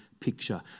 picture